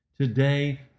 Today